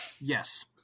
Yes